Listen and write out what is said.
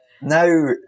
now